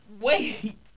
wait